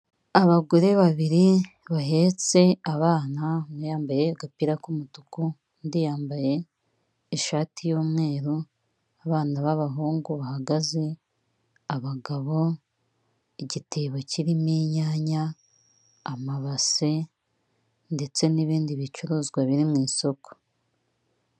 Abagore babiri bahetse abana, umwe yambaye agapira k'umutuku, undi yambaye ishati y'umweru, abana b'abahungu bahagaze, abagabo, igitebo kirimo inyanya, amabase, ndetse n'ibindi bicuruzwa biri mu isoko.